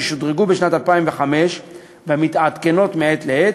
ששודרגו בשנת 2005 ומתעדכנות מעת לעת,